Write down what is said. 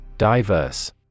Diverse